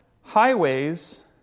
highways